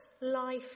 life